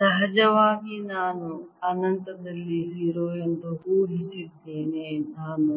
ಸಹಜವಾಗಿ ನಾನು ಅನಂತದಲ್ಲಿ 0 ಎಂದು ಊಹಿಸಲಿದ್ದೇನೆ ನಾನು